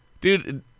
dude